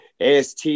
AST